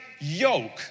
yoke